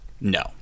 No